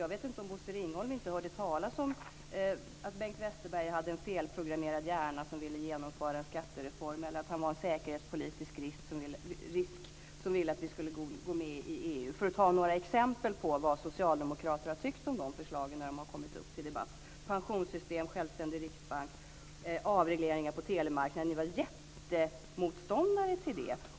Jag vet inte om Bosse Ringholm inte hörde talas om att Bengt Westerberg hade en felprogrammerad hjärna när han ville genomföra en skattereform eller att han var en säkerhetspolitisk risk som ville att vi skulle gå med i EU. Detta är några exempel på vad socialdemokrater har tyckt om de förslagen när de har kommit upp till debatt. Pensionssystem, självständig riksbank och avregleringar på telemarknaden var ni jättemotståndare till.